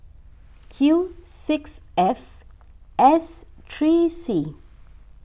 Q six F S three C